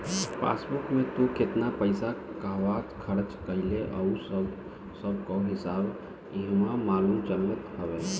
passbook में तू केतना पईसा कहवा खरच कईले हव उ सबकअ हिसाब इहवा मालूम चलत हवे